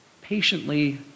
Patiently